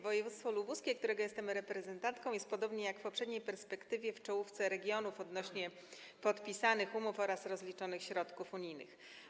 Województwo lubuskie, którego jestem reprezentantką, jest - podobnie jak w poprzedniej perspektywie - w czołówce regionów odnośnie do podpisanych umów oraz rozliczonych środków unijnych.